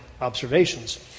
observations